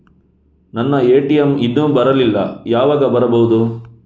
ನನ್ನ ಎ.ಟಿ.ಎಂ ಇನ್ನು ಬರಲಿಲ್ಲ, ಯಾವಾಗ ಬರಬಹುದು?